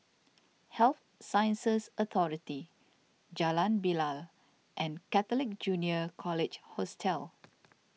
Health Sciences Authority Jalan Bilal and Catholic Junior College Hostel